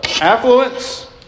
affluence